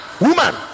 woman